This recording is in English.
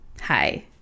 Hi